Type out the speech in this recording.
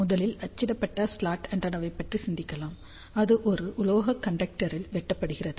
முதலில் அச்சிடப்பட்ட ஸ்லாட் ஆண்டெனாவைப் பற்றி சிந்திக்கலாம் அது ஒரு உலோக கண்டெக்டரில் வெட்டப்படுகிறது